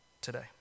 today